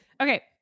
Okay